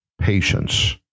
patience